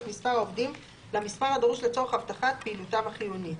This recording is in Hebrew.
את מספר העובדים למספר הדרוש לצורך הבטחת פעילותם החיונית: